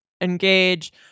Engage